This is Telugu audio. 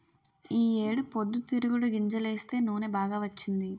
ఈ ఏడు పొద్దుతిరుగుడు గింజలేస్తే నూనె బాగా వచ్చింది